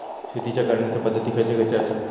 शेतीच्या करण्याचे पध्दती खैचे खैचे आसत?